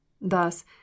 Thus